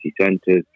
centres